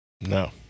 No